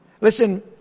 Listen